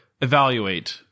evaluate